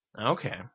okay